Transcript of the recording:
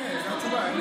זו התשובה.